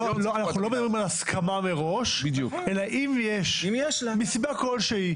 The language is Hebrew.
אנחנו לא מדברים על הסכמה מראש אלא אם יש מסיבה כלשהי.